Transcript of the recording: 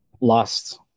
lost